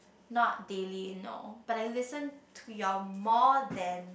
not daily no but I listen to your more than